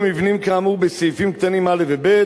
מבנים כאמור בסעיפים קטנים (א) ו-(ב),